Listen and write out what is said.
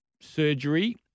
surgery